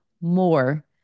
more